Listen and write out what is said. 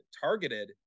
targeted